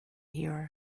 hero